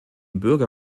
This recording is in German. bürger